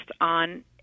on